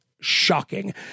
shocking